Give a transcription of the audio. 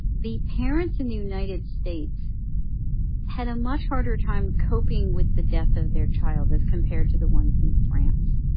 the parents in the united states had a much harder time coping with the death of their child as compared to the ones in france.